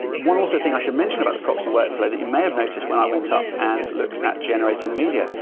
one also thing i should mention about the proxy work flow that you may have noticed when i went up and looked at generator in the media,